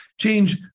change